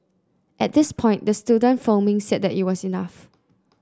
at this point the student filming said that it was enough